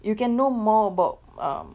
you can know more about um